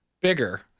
bigger